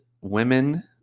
women